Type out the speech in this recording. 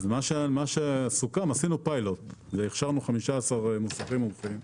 עשינו פיילוט והכשרנו 15 מוסכים מומחים.